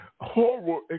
horrible